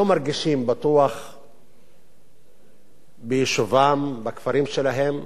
לא מרגישים בטוח ביישובם, בכפרים שלהם.